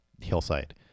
Hillside